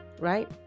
right